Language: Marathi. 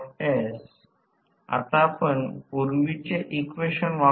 5 V2x 2 हे समीकरण 37 मिळेल